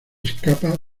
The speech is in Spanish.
escapa